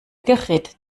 gerät